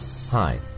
Hi